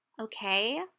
Okay